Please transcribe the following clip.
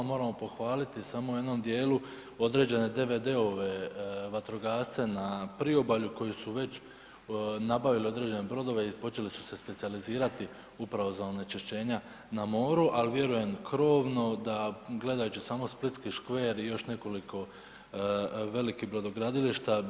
Moramo pohvaliti samo u jednom dijelu određene DVD-ove, vatrogasce na priobalju koji su već nabavili određene brodove i počeli su se specijalizirati upravo za onečišćenja na moru, ali vjerujem krovno da gledajući samo splitski škver i još nekoliko velikih brodogradilišta.